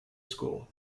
school